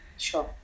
sure